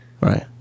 Right